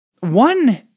One